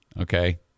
Okay